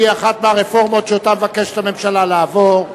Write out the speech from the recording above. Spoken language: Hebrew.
שהיא אחת מהרפורמות שהממשלה מבקשת להעביר.